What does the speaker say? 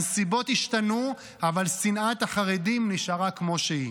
הנסיבות השתנו, אבל שנאת החרדים נשארה כמו שהיא.